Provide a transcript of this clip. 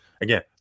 Again